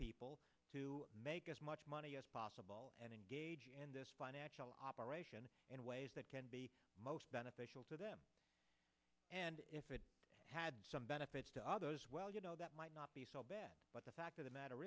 people to make as much money as possible and engage in this financial operation in ways that can be most beneficial to them and if it had some benefits to others well you know that might not be so bad but the fact of the matter